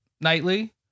nightly